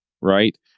right